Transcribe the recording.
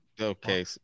Okay